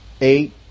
eight